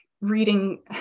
reading